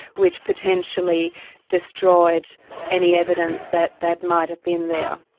which potentially destroyed any evidence that that might have been there.